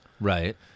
right